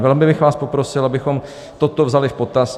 Velmi bych vás poprosil, abychom toto vzali v potaz.